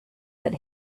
that